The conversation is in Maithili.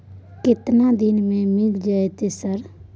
केतना दिन में मिल जयते सर?